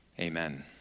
Amen